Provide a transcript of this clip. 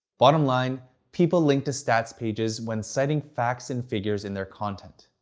bottomline people link to stats pages when citing facts and figures in their content.